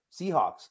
Seahawks